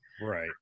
Right